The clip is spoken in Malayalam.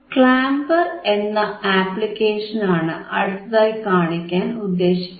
ക്ലാംപർ എന്ന ആപ്ലിക്കേഷനാണ് അടുത്തതായി കാണിക്കാൻ ഉദ്ദേശിക്കുന്നത്